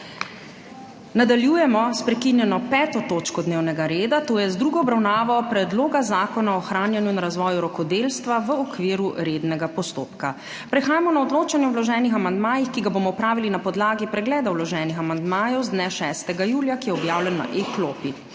Nadaljujemo s prekinjeno 5. točko dnevnega reda - druga obravnava Predloga zakona o ohranjanju in razvoju rokodelstva, v okviru rednega postopka. Prehajamo na odločanje o vloženih amandmajih, ki ga bomo opravili na podlagi pregleda vloženih amandmajev z dne 6. julija, ki je objavljen na e-klopi.